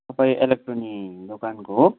तपाईँ इलेक्ट्रोनिक दोकानको हो